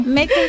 Make